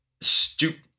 stupid